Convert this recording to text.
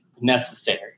necessary